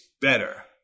better